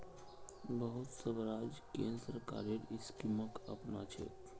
बहुत सब राज्य केंद्र सरकारेर स्कीमक अपनाछेक